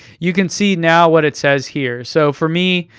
you can see now what it says here. so for me,